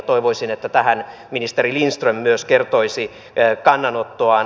toivoisin että tähän ministeri lindström myös kertoisi kannanottoaan